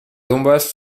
dombasle